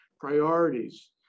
priorities